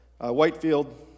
Whitefield